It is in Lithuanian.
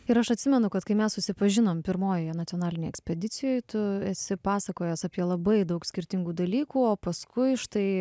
ir aš atsimenu kad kai mes susipažinom pirmojoj nacionalinėj ekspedicijoj tu esi pasakojęs apie labai daug skirtingų dalykų o paskui štai